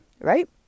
Right